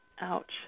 Ouch